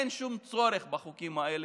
אין שום צורך בחוקים האלה.